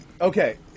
Okay